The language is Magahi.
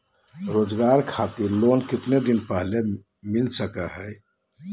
रोजगार खातिर लोन कितने दिन पहले मिलता सके ला?